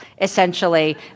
essentially